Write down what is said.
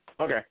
Okay